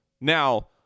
Now